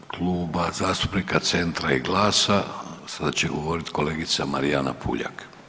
U ime Kluba zastupnika Centra i GLAS-a sada će govoriti kolegica Marijana Puljak.